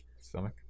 Stomach